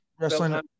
wrestling